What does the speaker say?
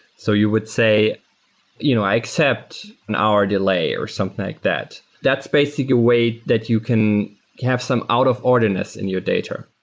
so you would say you know i accept an hour delay or something that. that's basically a way that you can have some out of orderness in your data.